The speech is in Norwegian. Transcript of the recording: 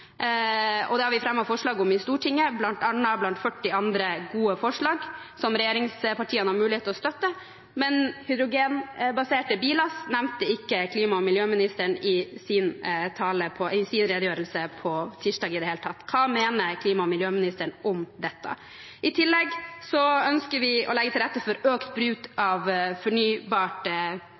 transport. Det har vi fremmet forslag om i Stortinget, blant 40 andre gode forslag som regjeringspartiene har mulighet til å støtte, men hydrogenbaserte biler nevnte ikke klima- og miljøministeren i det hele tatt i sin redegjørelse på tirsdag. Hva mener klima- og miljøministeren om dette? I tillegg ønsker vi å legge til rette for økt bruk av fornybart